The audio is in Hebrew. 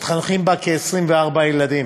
מתחנכים בה כ-24 ילדים